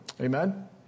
Amen